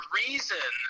reason